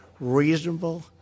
reasonable